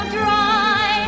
dry